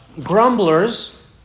grumblers